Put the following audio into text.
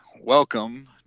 welcome